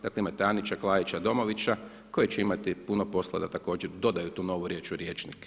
Dakle imate Anića, Klaića, Domovića koji će imati puno posla da također dodaju tu novu riječ u rječnik.